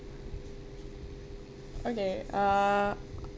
okay uh